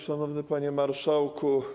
Szanowny Panie Marszałku!